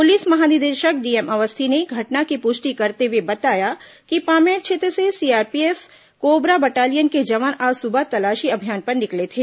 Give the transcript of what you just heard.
police महानिदेशक D M Awasthi ने घटना की पुष्टि करते हुए बताया कि पामेड़ क्षेत्र से सीआरपीएफ कोबरा बटालियन के जवान आज सुबह तलाशी अभियान पर निकले थे